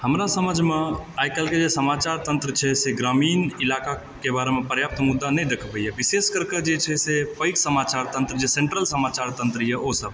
हमरा समझमे आइ काल्हि के जे समाचार तंत्र छै से ग्रामीण इलाक़ा के बारेमे पर्याप्त मुद्दा नहि देखबै यऽ विशेष कर के जे छै से पैघ समाचार तंत्र जे सेंट्रल समाचार तंत्र यऽ ओसब